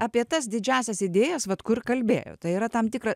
apie tas didžiąsias idėjas vat kur kalbėjo tai yra tam tikra